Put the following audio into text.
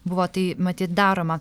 buvo tai matyt daroma